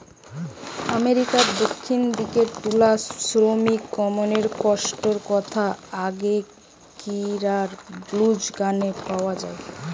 আমেরিকার দক্ষিণ দিকের তুলা শ্রমিকমনকের কষ্টর কথা আগেকিরার ব্লুজ গানে পাওয়া যায়